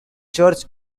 church